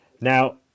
Now